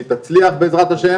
שהיא תצליח בעזרת ה',